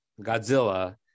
Godzilla